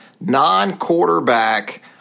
non-quarterback